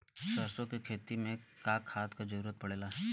सरसो के खेती में का खाद क जरूरत पड़ेला?